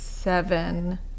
Seven